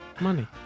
Money